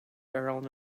around